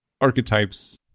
archetypes